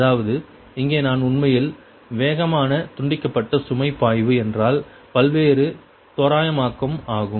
அதாவது இங்கே நான் உண்மையில் வேகமான துண்டிக்கப்பட்ட சுமை பாய்வு என்றால் பல்வேறு தோராயமாக்கம் ஆகும்